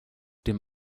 dem